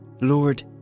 Lord